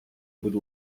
будь